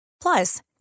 Plus